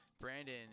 Brandon